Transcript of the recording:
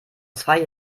zwei